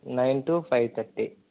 nine to five thirty